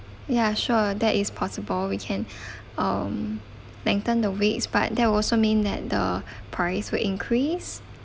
ya sure that is possible we can um lengthen the waits but that also mean that the price will increase